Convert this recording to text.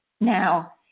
Now